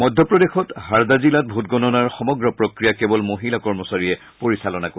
মধ্যপ্ৰদেশত হাৰ্ডা জিলাত ভোটগণনাৰ সমগ্ৰ প্ৰক্ৰিয়া কেৱল মহিলা কৰ্মচাৰীয়ে পৰিচালনা কৰিব